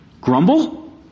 Grumble